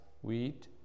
wheat